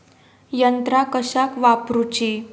यंत्रा कशाक वापुरूची?